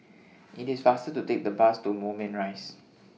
IT IS faster to Take The Bus to Moulmein Rise